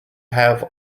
have